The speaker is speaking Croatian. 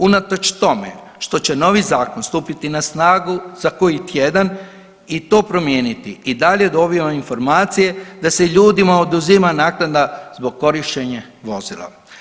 Unatoč tome što će novi zakon stupiti na snagu za koji tjedan i to promijeniti i dalje dobivam informacije da se ljudima oduzima naknada zbog korištenje vozilo.